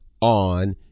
on